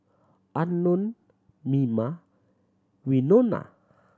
Unknown Mima Winona